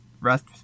rest